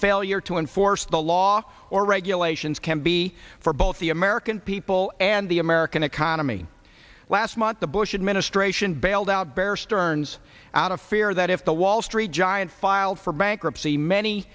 failure to enforce the law or regulations can be for both the american people and the american economy last month the bush administration bailed out bear stearns out of fear that if the wall street giant filed for bankruptcy many